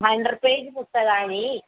hundred page पुस्तकानि